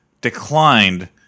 declined